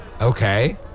Okay